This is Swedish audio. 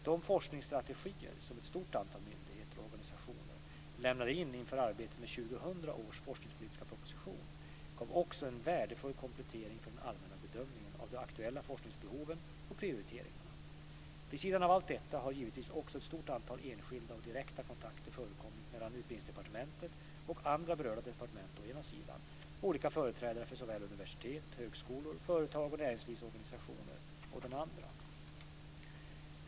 De forskningsstrategier som ett stort antal myndigheter och organisationer lämnade in inför arbetet med 2000 års forskningspolitiska proposition gav också en värdefull komplettering för den allmänna bedömningen av aktuella forskningsbehov och prioriteringar. Vid sidan av allt detta har givetvis också ett stort antal enskilda och direkta kontakter förekommit mellan Utbildningsdepartementet och andra berörda departement å ena sidan och olika företrädare för såväl universitet och högskolor som företag och näringslivsorganisationer å den andra.